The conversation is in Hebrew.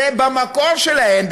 שבמקור שלהן,